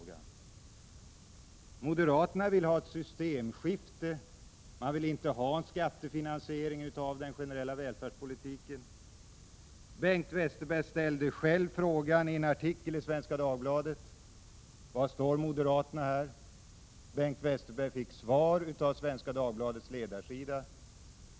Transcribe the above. Moderaterna vill ha ett systemskifte. De vill inte ha en skattefinansiering av den generella välfärdspolitiken. Bengt Westerberg ställde själv frågan om var moderaterna står i en artikeli Svenska Dagbladet. Bengt Westerberg fick svar på Svenska Dagbladets ledarsida.